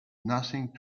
nothing